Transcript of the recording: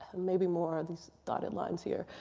maybe more, these dotted lines here.